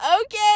okay